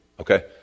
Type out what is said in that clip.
okay